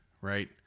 right